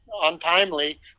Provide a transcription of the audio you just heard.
untimely